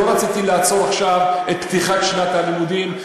לא רציתי לעצור עכשיו את פתיחת שנת הלימודים,